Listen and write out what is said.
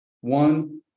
one